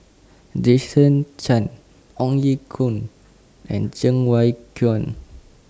Jason Chan Ong Ye Kung and Cheng Wai Keung